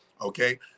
okay